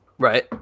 Right